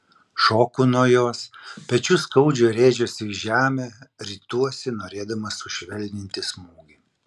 šoku nuo jos pečiu skaudžiai rėžiuosi į žemę rituosi norėdamas sušvelninti smūgį